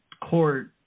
court